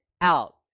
out